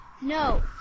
No